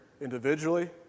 individually